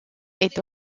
est